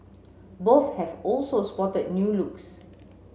both have also spotted new looks